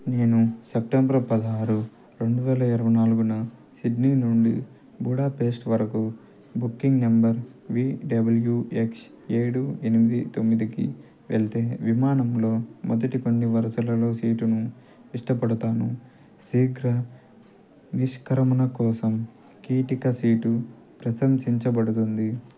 నేను సెప్టెంబర్ పదహారు రెండువేల ఇరవై నాలుగున సిడ్నీ నుండి బుడాపేస్ట్ వరకు booking number V W X ఏడు ఎనిమిది తొమ్మిదికి వెళ్తే విమానంలో మొదటి కొన్ని వరుసలలో సీటును ఇష్టపడతాను శీఘ్ర నిష్క్రమణ కోసం కీటిక సీటు ప్రశంసించబడుతుంది